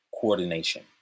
coordination